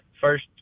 first